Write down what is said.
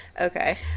Okay